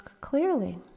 clearly